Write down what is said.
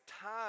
time